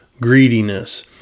greediness